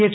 H